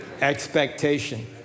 Expectation